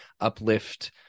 uplift